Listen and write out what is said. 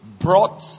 brought